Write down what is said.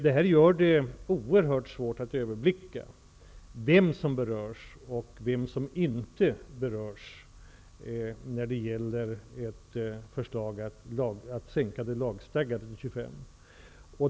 Detta gör att det är oerhört svårt att överblicka vem som berörs och inte berörs av föreslagna minskning av antalet lagstadgade semesterdagar till 25.